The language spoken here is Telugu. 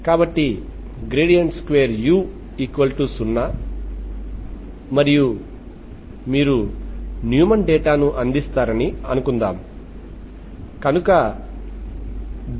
కాబట్టి 2u0 మరియు మీరు న్యూమాన్ డేటా ను అందిస్తారని అనుకుందాం కనుక ∂u∂n0